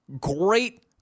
great